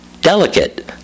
delicate